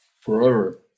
forever